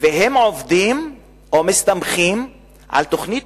והם עובדים או מסתמכים על תוכנית